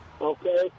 Okay